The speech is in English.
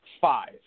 five